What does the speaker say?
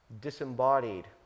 disembodied